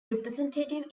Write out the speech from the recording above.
representative